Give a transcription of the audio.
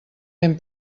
ben